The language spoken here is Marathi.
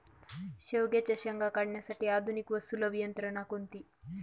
शेवग्याच्या शेंगा काढण्यासाठी आधुनिक व सुलभ यंत्रणा कोणती?